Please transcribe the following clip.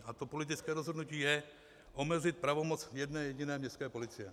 A politické rozhodnutí je omezit pravomoc jedné jediné městské policie.